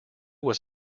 was